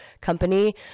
company